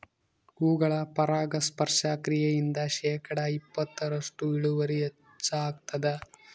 ಹೂಗಳ ಪರಾಗಸ್ಪರ್ಶ ಕ್ರಿಯೆಯಿಂದ ಶೇಕಡಾ ಇಪ್ಪತ್ತರಷ್ಟು ಇಳುವರಿ ಹೆಚ್ಚಾಗ್ತದ